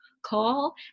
call